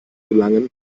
gelangen